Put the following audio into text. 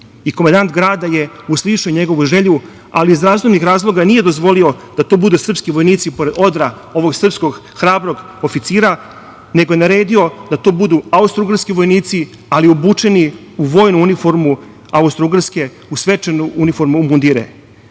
komandant grada je uslišio njegovu želju ali iz zdravstvenih razloga nije dozvolio da tu budu srpski vojnici pored odra ovog srpskog hrabrog oficira, nego je naredio da to budu austrougarski vojnici, ali obučeni u vojnu uniformu austrougarske, u svečanu uniformu, mundire.